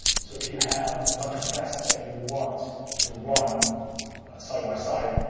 so if you have a bunch of tests that you want to run side by side,